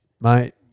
Mate